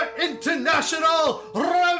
international